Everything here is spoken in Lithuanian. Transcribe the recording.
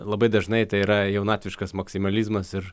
labai dažnai tai yra jaunatviškas maksimalizmas ir